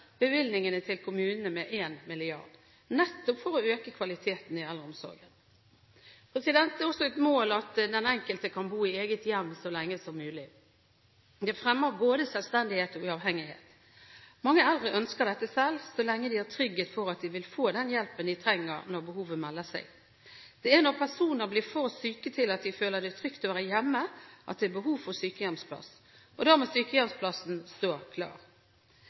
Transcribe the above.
bevilgningene til kommunene med 1 mrd. kr, nettopp for å øke kvaliteten i eldreomsorgen. Det er også et mål at den enkelte kan bo i eget hjem så lenge som mulig. Det fremmer både selvstendighet og uavhengighet. Mange eldre ønsker dette selv, så lenge de har trygghet for at de vil få den hjelpen de trenger når behovet melder seg. Det er når personer blir for syke til at de føler det trygt å være hjemme, at det er behov for sykehjemsplass, og da må sykehjemsplassen stå klar.